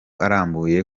arambuye